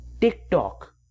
TikTok